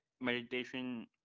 meditation